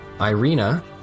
Irina